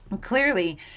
clearly